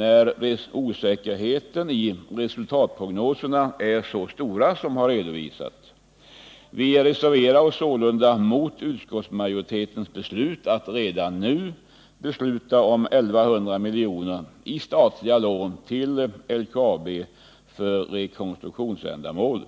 eftersom osäkerheten i resultatprognoserna är så stor som det har redovisats. Vi reserverar oss sålunda mot utskottsmajoritetens tillstyrkande till att riksdagen redan nu beslutar om 1100 milj.kr. i statliga lån till LKAB för rekonstruktionsändamål.